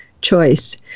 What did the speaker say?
choice